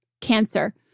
cancer